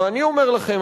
ואני אומר לכם,